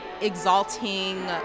exalting